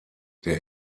der